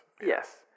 Yes